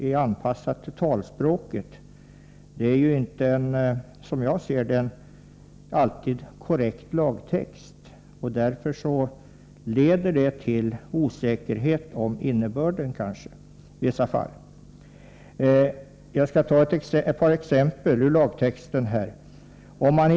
Den skrivna, talspråksmässiga texten är, som jag ser det, inte alltid korrekt lagtext. Den leder i vissa fall till osäkerhet om innebörden. Låt mig ge ett par exempel ur den föreslagna ändringen i lagtexten om allmän försäkring.